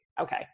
okay